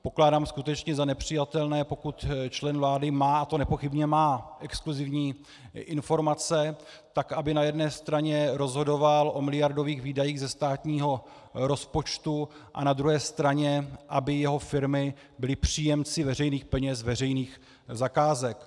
Pokládám skutečně za nepřijatelné, pokud člen vlády má, a to nepochybně má, exkluzivní informace, tak aby na jedné straně rozhodoval o miliardových výdajích ze státního rozpočtu a na druhé straně aby jeho firmy byly příjemci veřejných peněz z veřejných zakázek.